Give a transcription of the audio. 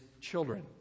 children